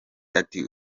ati